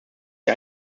sie